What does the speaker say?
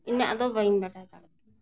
ᱤᱱᱟᱹᱜ ᱫᱚ ᱵᱟᱹᱧ ᱵᱟᱰᱟᱭ ᱫᱟᱲᱮᱭᱟᱜ ᱠᱟᱱᱟ